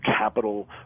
capital